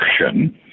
action